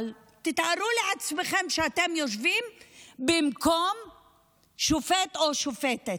אבל תתארו לעצמכם שאתם יושבים במקום שופט או שופטת,